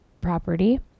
property